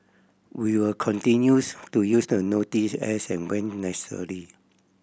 we will continues to use the notice as and when necessary